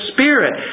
Spirit